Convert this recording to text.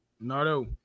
Nardo